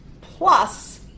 plus